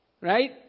right